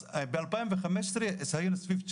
אז בשנת 2015 במדינת ישראל הגענו ל-9,500